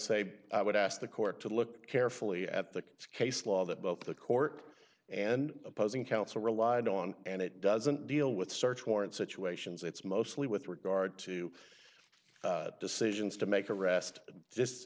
say i would ask the court to look carefully at the case law that both the court and opposing counsel relied on and it doesn't deal with search warrant situations it's mostly with regard to decisions to make arrest just